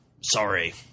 Sorry